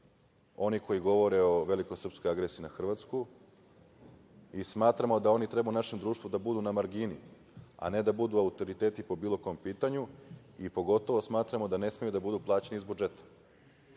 oni koji govore o velikosrpskoj agresiji na Hrvatsku i smatramo da oni treba u našem društvu da budu na margini, a ne da budu autoriteti po bilo kom pitanju i pogotovo smatramo da ne smeju da budu plaćeni iz budžeta